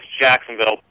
Jacksonville